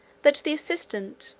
that the assistant,